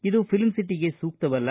ಇದು ಫಿಲಂ ಸಿಟಿಗೆ ಸೂಕ್ತವಲ್ಲ